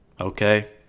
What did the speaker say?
Okay